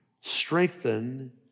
Strengthen